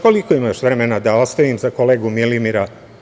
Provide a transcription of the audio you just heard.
Koliko još imam vremena, da ostavim za kolegu Milimira?